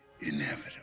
inevitable